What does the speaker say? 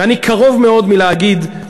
ואני קרוב מאוד להגיד,